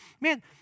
man